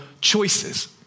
choices